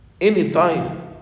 anytime